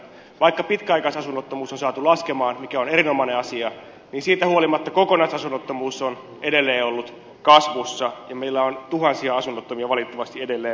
vaikka pitkäaikaisasunnottomuus on saatu laskemaan mikä on erinomainen asia niin siitä huolimatta kokonaisasunnottomuus on edelleen ollut kasvussa ja meillä on tuhansia asunnottomia valitettavasti edelleen